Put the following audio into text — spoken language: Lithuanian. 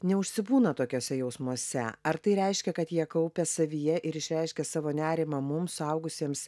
neužsibūna tokiuose jausmuose ar tai reiškia kad jie kaupia savyje ir išreiškia savo nerimą mums suaugusiems